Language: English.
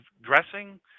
dressing